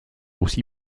aussi